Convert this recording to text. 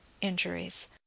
injuries